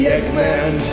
Eggman